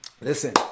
Listen